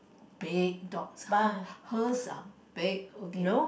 big dogs her her's are big okay